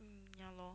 hmm ya lor